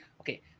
Okay